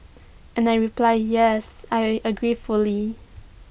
and I reply yes I agree fully